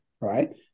right